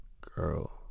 girl